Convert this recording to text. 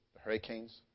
hurricanes